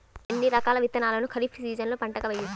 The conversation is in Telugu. ఎన్ని రకాల విత్తనాలను ఖరీఫ్ సీజన్లో పంటగా వేయచ్చు?